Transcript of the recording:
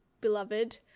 beloved